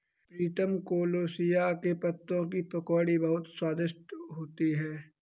प्रीतम colocasia के पत्तों की पकौड़ी बहुत स्वादिष्ट होती है